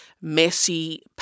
messy